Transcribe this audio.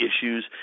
issues